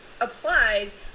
applies